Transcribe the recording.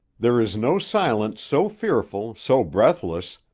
there is no silence so fearful, so breathless,